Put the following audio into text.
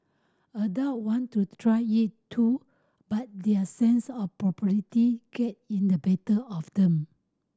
adult want to try it too but their sense of propriety get in the better of them